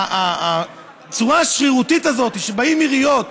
הצורה השרירותית הזאת שבאות העיריות,